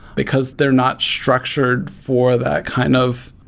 because they're not structured for that kind of,